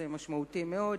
זה משמעותי מאוד,